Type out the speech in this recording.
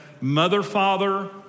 mother-father